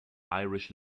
irish